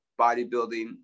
bodybuilding